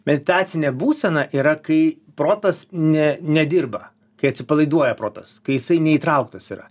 meditacinė būsena yra kai protas ne nedirba kai atsipalaiduoja protas kai jisai neįtrauktas yra